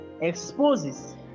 exposes